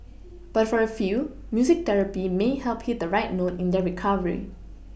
but for a few music therapy may help hit the right note in their recovery